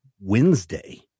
Wednesday